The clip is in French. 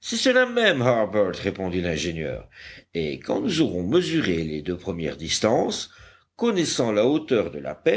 c'est cela même harbert répondit l'ingénieur et quand nous aurons mesuré les deux premières distances connaissant la hauteur de la